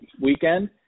weekend